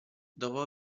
dopo